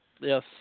Yes